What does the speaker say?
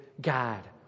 God